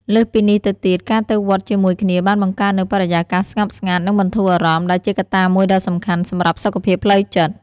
លើសពីនេះទៅទៀត ការទៅវត្តជាមួយគ្នាបានបង្កើតនូវបរិយាកាសស្ងប់ស្ងាត់ និងបន្ធូរអារម្មណ៍ ដែលជាកត្តាមួយដ៏សំខាន់សម្រាប់សុខភាពផ្លូវចិត្ត។